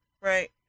Right